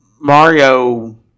Mario